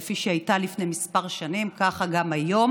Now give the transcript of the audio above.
כפי שהיא הייתה לפני כמה שנים ככה גם היום: